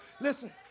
Listen